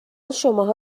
شماها